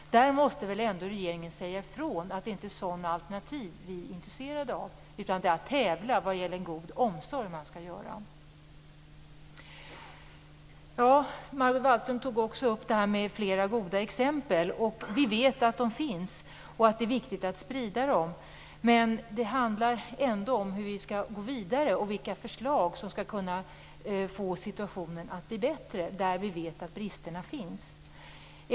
Regeringen måste väl ändå säga ifrån, att vi inte är intresserad av sådana alternativ, utan vad man skall göra är att tävla vad gäller en god omsorg. Margot Wallström tog också upp flera goda exempel. Vi vet att de finns och att det är viktigt att sprida dem. Men det handlar ändå om hur vi skall gå vidare och vilka förslag som skall kunna förbättra situationen där vi vet att bristerna finns.